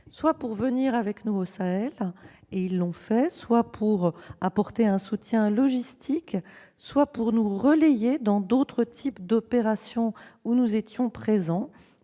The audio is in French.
soit pour venir avec nous, au Sahel- et ils l'ont fait !-, soit pour apporter un soutien logistique, soit pour nous relayer dans d'autres types d'opérations où nous étions présents